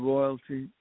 Royalty